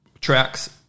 tracks